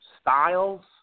Styles